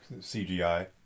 CGI